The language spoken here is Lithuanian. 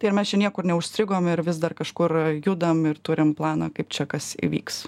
tai ar mes čia niekur neužstrigom ir vis dar kažkur judam ir turim planą kaip čia kas įvyks